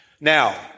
Now